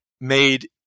made